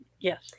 Yes